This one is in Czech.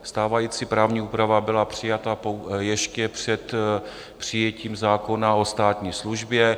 Stávající právní úprava byla přijata ještě před přijetím zákona o státní službě.